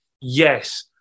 yes